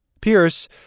Pierce